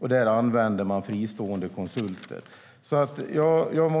Här används fristående konsulter. Överläggningen var